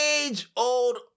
age-old